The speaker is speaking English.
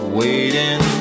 waiting